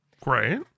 Great